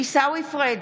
עיסאווי פריג'